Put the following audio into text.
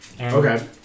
Okay